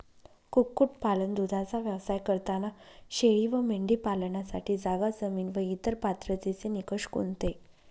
कुक्कुटपालन, दूधाचा व्यवसाय करताना शेळी व मेंढी पालनासाठी जागा, जमीन व इतर पात्रतेचे निकष कोणते?